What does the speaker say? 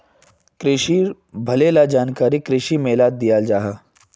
क्रिशिर भले ला जानकारी कृषि मेलात दियाल जाहा